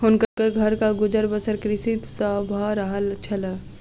हुनकर घरक गुजर बसर कृषि सॅ भअ रहल छल